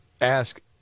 ask